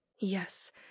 yes